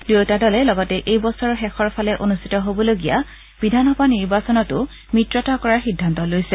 দুয়োটা দলে লগতে এই বছৰৰ শেষৰ ফালে অনূষ্ঠিত হ'ব লগা বিধানসভাৰ নিৰ্বাচনতো মিত্ৰতা কৰাৰ সিদ্ধান্ত লৈছে